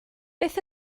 beth